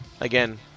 Again